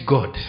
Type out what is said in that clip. God